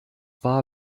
war